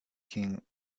king